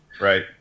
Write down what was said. Right